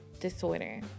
disorder